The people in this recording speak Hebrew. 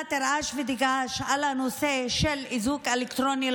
תרעש ותגעש על הנושא של איזוק אלקטרוני,